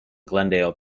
glendale